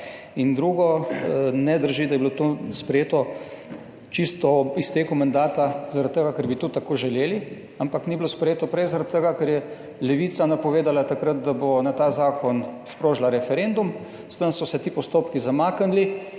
In drugo, ne drži, da je bilo to sprejeto čisto ob izteku mandata zaradi tega, ker bi to tako želeli, ampak ni bilo sprejeto prej, zaradi tega, ker je Levica napovedala takrat, da bo na ta zakon sprožila referendum, s tem so se ti postopki zamaknili.